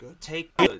take